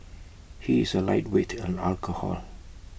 he is A lightweight in alcohol